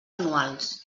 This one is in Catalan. anuals